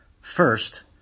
First